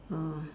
oh